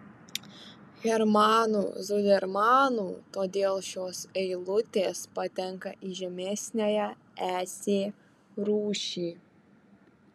hermanu zudermanu todėl šios eilutės patenka į žemesniąją esė rūšį